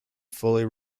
fully